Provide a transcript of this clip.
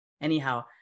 anyhow